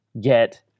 get